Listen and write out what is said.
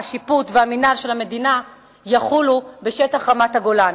השיפוט והמינהל של המדינה יחולו בשטח רמת-הגולן".